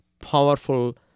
powerful